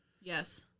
Yes